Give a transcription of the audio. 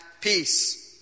peace